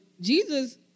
Jesus